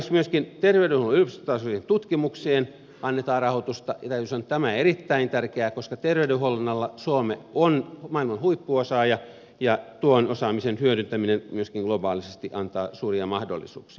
tämän lisäksi terveydenhuollon yksikkötasojen tutkimukseen annetaan rahoitusta ja täytyy sanoa että tämä on erittäin tärkeää koska tervey denhuollon alalla suomi on maailman huippuosaaja ja tuon osaamisen hyödyntäminen myöskin globaalisti antaa suuria mahdollisuuksia